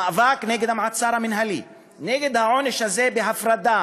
המאבק נגד המעצר המינהלי, נגד העונש בהפרדה,